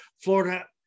Florida